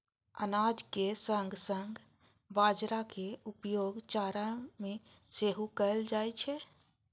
अनाजक संग संग बाजारा के उपयोग चारा मे सेहो कैल जाइ छै